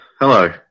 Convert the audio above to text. hello